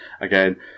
again